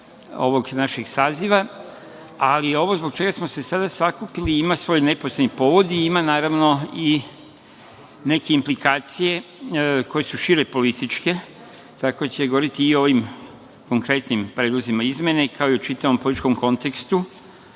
ovog našeg saziva. Ali, ovo zbog čega smo se sada sakupili ima svoj neposredni povod i ima, naravno, i neke implikacije koje su šire političke, tako da ću govoriti i o ovim konkretnim predlozima izmena, kao i o čitavom političkom kontekstu